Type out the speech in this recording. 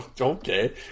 Okay